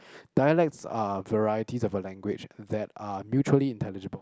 dialects are varieties of a language that are mutually intangible